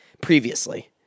previously